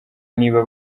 niba